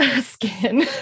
skin